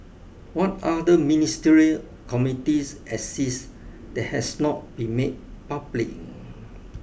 what other ministerial committees exist that has not been made public